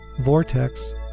vortex